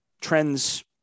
trends